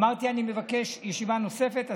אמרתי שאני מבקש ישיבה נוספת,